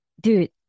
Dude